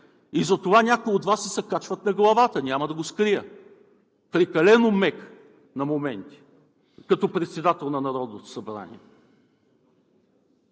и затова някои от Вас ѝ се качват на главата. Няма да го скрия – прекалено мека е на моменти като председател на Народното събрание.